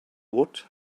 woot